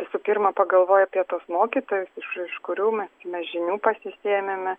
visų pirma pagalvoji apie tuos mokytojus iš iš kurių mes mes žinių pasisėmėme